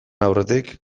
aurretik